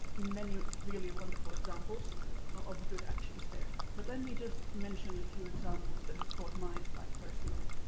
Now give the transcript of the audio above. many really wonderful examples of good actions there. but let me just mention a few examples that have caught my eye personally.